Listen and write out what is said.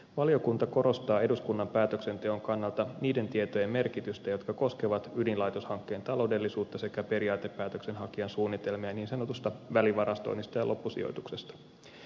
valiokunta korostaa eduskunnan päätöksenteon kannalta niiden tietojen merkitystä jotka koskevat ydinlaitoshankkeen taloudellisuutta sekä periaatepäätöksen hakijan suunnitelmia niin sanotusta välivarastoinnista ja loppusijoituksesta